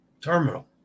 terminal